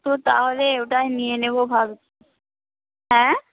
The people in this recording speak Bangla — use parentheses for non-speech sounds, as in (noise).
তো তাহলে ওটাই নিয়ে নেব ভাব (unintelligible) হ্যাঁ